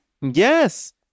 Yes